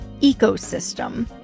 ecosystem